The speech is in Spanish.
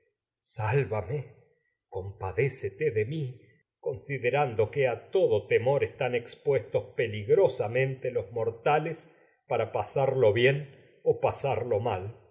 sálvame compadécete temor están de mí considerando que a todo para expuestos peligi'osamente los mortales o pasarlo bien pasax lo mal